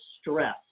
stress